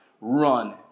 run